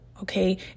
okay